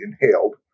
inhaled